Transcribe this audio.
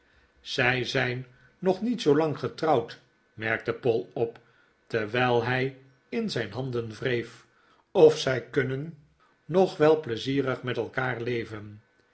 zij zijn nog niet zoolang getrouwd merkte poll op terwijl hij in zijn handen wreef of zij kunnen nog wel pleizierig met elkaar leven